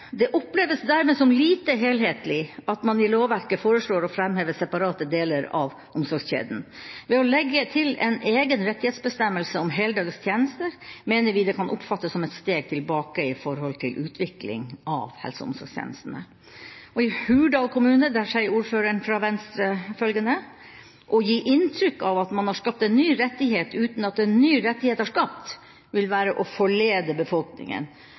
«Det oppleves dermed som lite helhetlig at man i lovverket foreslår å fremheve separate deler av omsorgskjeden. Ved å legge til en egen rettighetsbestemmelse om heldøgns tjenester mener vi det kan oppfattes som et steg tilbake i forhold til utvikling av helse- og omsorgstjenestene.» I Hurdal kommune sier ordføreren, fra Venstre, følgende: «Å gi inntrykk av at man har skapt en ny rettighet uten at en ny rettighet er skapt, vil være å forlede befolkningen,